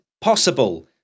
possible